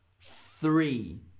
three